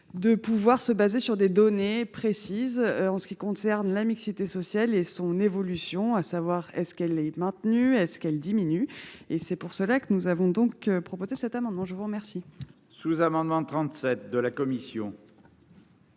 de pouvoir se baser sur des données précises en ce qui concerne la mixité sociale et son évolution à savoir est ce qu'elle est maintenue, est ce qu'elle diminue et c'est pour cela que nous avons donc proposé cet amendement, je vous remercie. Sous-amendement 37 de la commission.